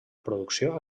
producció